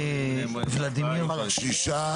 שישה.